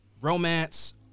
Romance